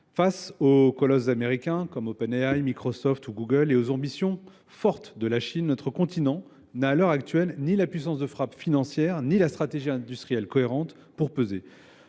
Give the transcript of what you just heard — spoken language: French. Face aux colosses américains comme OpenAI, Microsoft ou Google et aux ambitions fortes de la Chine, notre continent n'a à l'heure actuelle ni la puissance de frappe financière ni la stratégie industrielle cohérente pour peser.